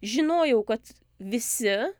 žinojau kad visi